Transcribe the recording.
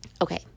Okay